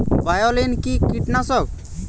বায়োলিন কি কীটনাশক?